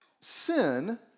Sin